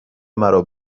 مرا